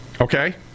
Okay